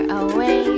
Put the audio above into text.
away